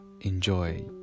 enjoy